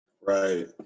Right